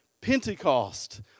Pentecost